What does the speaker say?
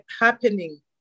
happening